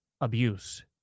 abuse